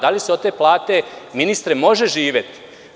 Da li se od te plate, ministre, može živeti?